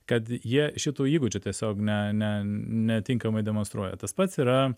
kad jie šitų įgūdžių tiesiog ne ne netinkamai demonstruoja tas pats yra